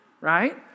right